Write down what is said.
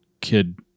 kid